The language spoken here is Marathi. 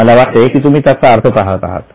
मला वाटते की तुम्ही त्याचा अर्थ पाहत आहात